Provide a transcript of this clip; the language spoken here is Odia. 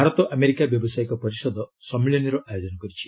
ଭାରତ ଆମେରିକା ବ୍ୟବସାୟିକ ପରିଷଦ ସମ୍ମିଳନୀର ଆୟୋଜନ କରିଛି